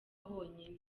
honyine